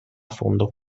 fondo